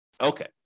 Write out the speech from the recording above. Okay